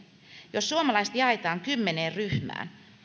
jos suomalaiset jaetaan kymmeneen ryhmään